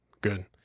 Good